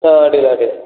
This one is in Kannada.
ಹಾಂ ಅಡ್ಡಿಯಿಲ್ಲ ಅಡ್ಡಿಯಿಲ್ಲ